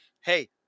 hey